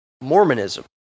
Mormonism